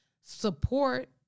support